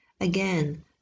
again